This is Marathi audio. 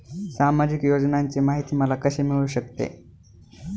सामाजिक योजनांची माहिती मला कशी मिळू शकते?